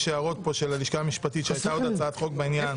יש הערות פה של הלשכה המשפטית שהייתה עוד הצעת חוק בעניין.